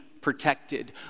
protected